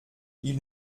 ils